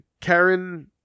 Karen